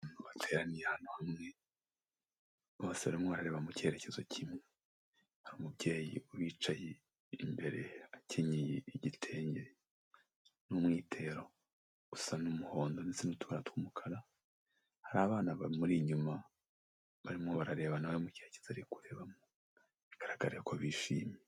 Bateraniye ahantu hamwe, bose barimo barareba mu kerekezo kimwe. Hari mubyeyi ubicaye imbere akenye igitenge n'umwitero usa n'umuhondo ndetse n'utubara tw'umukara, hari abana bamuri inyuma barimo barareba nawe mu kerekezo ari kurebamo bigaraga ko bishimye.